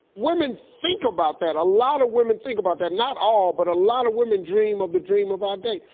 women think about that. a lot of women think about that. not all, but a lot of women dream of the dream of our day.